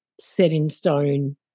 set-in-stone